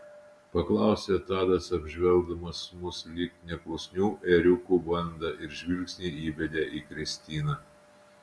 paklausė tadas apžvelgdamas mus lyg neklusnių ėriukų bandą ir žvilgsnį įbedė į kristiną